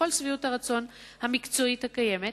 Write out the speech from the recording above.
לכל שביעות הרצון המקצועית הקיימת,